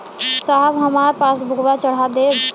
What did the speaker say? साहब हमार पासबुकवा चढ़ा देब?